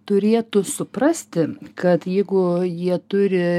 turėtų suprasti kad jeigu jie turi